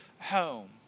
home